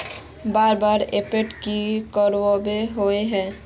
बार बार अपडेट की कराबेला होय है?